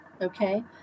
Okay